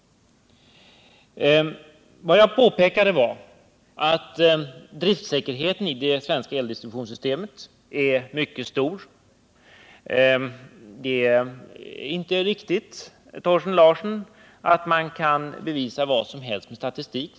Vad jag påpekade var att driftsäkerheten i det svenska eldistributionssystemet är mycket stor. Det är inte riktigt, Thorsten Larsson, att man kan bevisa vad som helst med statistik.